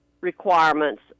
requirements